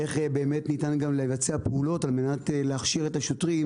איך באמת ניתן גם לבצע פעולות על מנת להכשיר את השוטרים